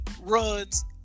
runs